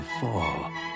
fall